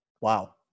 Wow